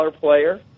player